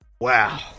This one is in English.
Wow